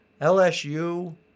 LSU